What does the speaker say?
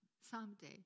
someday